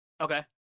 Okay